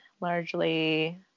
largely